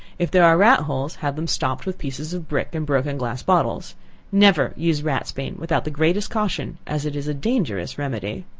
if there are rat holes have them stopped with pieces of brick, and broken glass bottles never use ratsbane without the greatest caution, as it is a dangerous remedy.